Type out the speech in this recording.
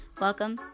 welcome